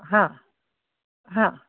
हां हां